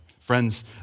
Friends